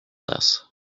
less